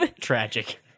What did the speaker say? Tragic